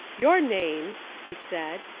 your name, he said,